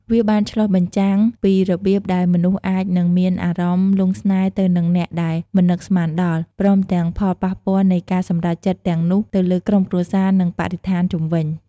វាបានឆ្លុះបញ្ចាំងពីរបៀបដែលមនុស្សអាចនឹងមានអារម្មណ៍លង់ស្នេហ៍ទៅនឹងអ្នកដែលមិននឹកស្មានដល់ ព្រមទាំងផលប៉ះពាល់នៃការសម្រេចចិត្តទាំងនោះទៅលើក្រុមគ្រួសារ និងបរិស្ថានជុំវិញ។